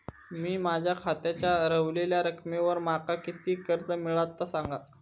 मी माझ्या खात्याच्या ऱ्हवलेल्या रकमेवर माका किती कर्ज मिळात ता सांगा?